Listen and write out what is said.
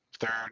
third